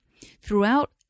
Throughout